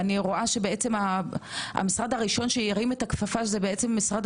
אני רואה שהמשרד הראשון שהרים את הכפפה הוא משרד